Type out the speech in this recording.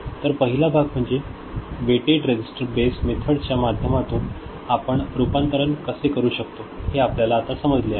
तर पहिला भाग म्हणजे वेट रेझिस्टर बेस्ड मेथडच्या माध्यमातून आपण रूपांतर कसे करू शकतो हे आपल्याला समजले आहे